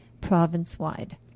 province-wide